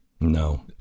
no